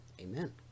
Amen